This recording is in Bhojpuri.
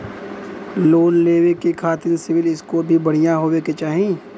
लोन लेवे के खातिन सिविल स्कोर भी बढ़िया होवें के चाही?